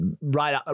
Right